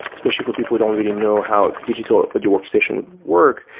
especially for people who don't really know how digital with your workstation work,